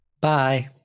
bye